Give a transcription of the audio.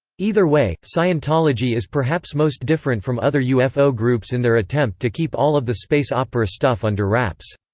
either way, scientology is perhaps most different from other ufo groups in their attempt to keep all of the space opera stuff under wraps.